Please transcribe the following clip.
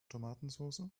tomatensoße